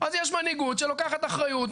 אז יש מנהיגות שלוקחת אחריות,